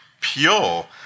pure